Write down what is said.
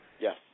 Yes